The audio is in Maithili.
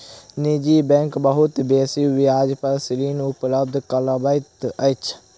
निजी बैंक बहुत बेसी ब्याज पर ऋण उपलब्ध करबैत अछि